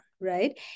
Right